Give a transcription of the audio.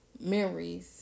memories